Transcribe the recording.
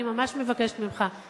אני ממש מבקשת ממך,